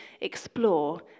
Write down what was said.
explore